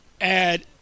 add